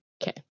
Okay